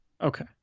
Okay